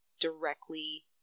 directly